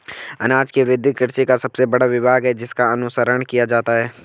अनाज की वृद्धि कृषि का सबसे बड़ा विभाग है जिसका अनुसरण किया जाता है